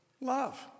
love